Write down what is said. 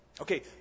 Okay